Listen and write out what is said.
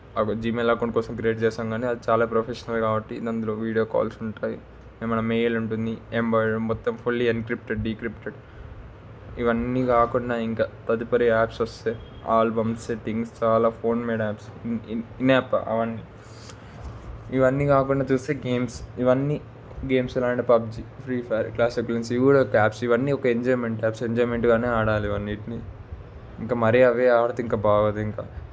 అబ్ Gmail account కోసం create చేస్తాము కానీ అది చాలా ప్రొఫెషనల్ కాబట్టి అందులో వీడియో కాల్స్ ఉంటాయి ఏమైనా మెయిల్ ఉంటుంది ఎంబెడెడ్ మొత్తం ఫుల్లీ ఎన్క్రిప్టెడ్ డిక్రిప్టెడ్ ఇవన్నీ కాకుండా ఇంకా తదుపరి యాప్స్ వస్తే ఆల్బమ్ సెట్టింగ్స్ అలా ఫోన్ మేడ్ యాప్స్ అవన్నీ ఇవన్నీ కాకుండా చూస్తే గేమ్స్ ఇవన్నీ గేమ్స్లు అంటే పబ్జి ఫ్రీ ఫైర్ కూడా క్యాబ్స్ ఇవన్నీ ఒక ఎంజాయ్మెంట్ యాప్స్ ఎంజాయ్మెంట్గానే ఆడాలి ఇవన్నింటినీ ఇంకా మరి అవే ఆడితే ఇంకా బాగోదు ఇంకా